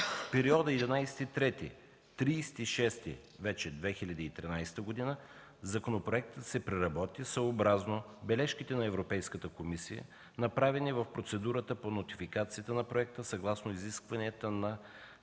В периода 11 март – 30 юни вече 2013 г., законопроектът се преработи съобразно бележките на Европейската комисия, направени в Процедурата по нотификацията на проекта съгласно изискванията на